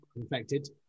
Infected